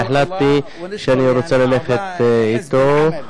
והחלטתי שאני רוצה ללכת אתו.